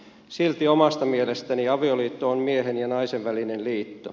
silti omasta mielestäni avioliitto on miehen ja naisen välinen liitto